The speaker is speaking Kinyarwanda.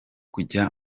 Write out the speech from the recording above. kujya